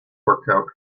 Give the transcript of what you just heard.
workout